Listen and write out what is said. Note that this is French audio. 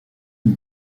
une